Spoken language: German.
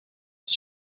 die